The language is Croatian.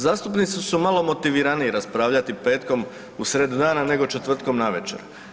Zastupnici su malo motiviraniji raspravljati petkom u sred dana nego četvrtkom navečer.